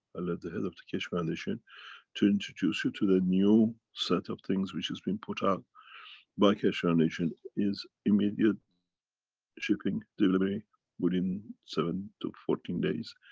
i let the head of the keshe foundation to introduce you to the new set of things which has been put out by keshe foundation. is immediate shipping, delivery within seven to fourteen days.